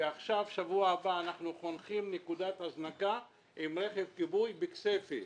ובשבוע הבא אנחנו חונכים נקודת הזנקה עם רכב כיבוי בכסייפה.